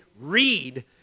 read